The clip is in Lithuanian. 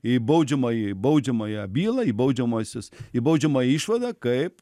į baudžiamąjį baudžiamąją bylą į baudžiamosios į baudžiamąjį išvadą kaip